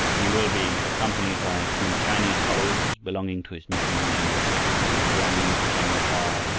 he will be accompanied by two chinese followers, belonging to his mission, named, respectively, giam chheng hoa,